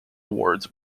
awards